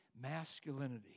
masculinity